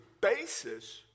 basis